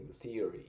theory